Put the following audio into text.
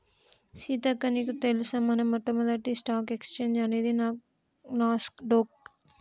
సీతక్క నీకు తెలుసా మన మొట్టమొదటి స్టాక్ ఎక్స్చేంజ్ అనేది నాస్ డొక్